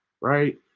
Right